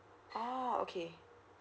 oh okay